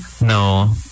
No